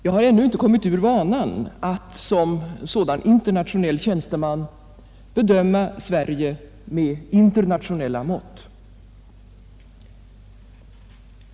Jag har ännu inte kommit ur vanan att som en sådan tjänsteman bedöma Sverige med internationella mått.